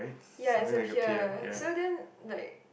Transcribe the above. ya it's a peer so then like